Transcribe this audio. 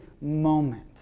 moment